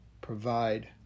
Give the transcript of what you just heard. provide